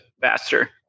faster